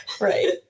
Right